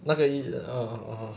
那个 err hor